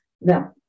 Now